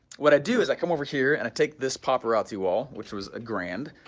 what i do is i come over here and i take this paparazzi wall, which was a grand,